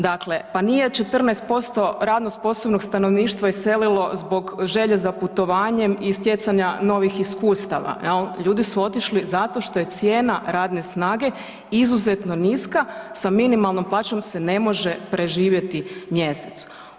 Dakle, pa nije 14% radno sposobnog stanovništva iselilo zbog želje za putovanjem i stjecanja novih iskustava, jel', ljudi su otišli zato što je cijena radne snage izuzetno niska, sa minimalnom plaćom se ne može preživjeti mjesec.